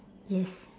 yes